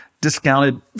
Discounted